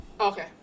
okay